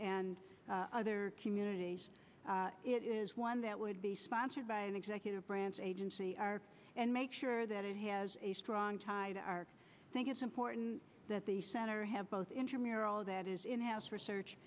d other community it is one that would be sponsored by an executive branch agency are and make sure that it has a strong tide are think it's important that the center have both intramural that is in house research